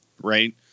Right